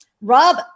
Rob